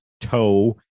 toe